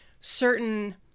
certain